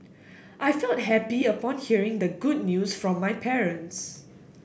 I felt happy upon hearing the good news from my parents